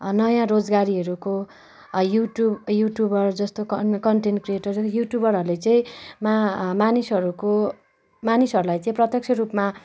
नयाँ रोजगारीहरूको YouTube YouTuber जस्तो कन्टेन्ट क्रिएटर युट्युबरहरूले चाहिँ मा मानिसहरूको मानिसहरूलाई चाहिँ प्रत्यक्ष रूपमा